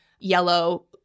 yellow